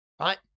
right